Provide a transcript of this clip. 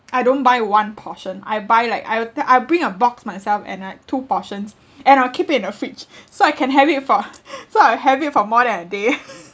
I don't buy one portion I buy like I will tel~ I bring a box myself and like two portions and I will keep it in the fridge so I can have it for so I'll have it for more than a day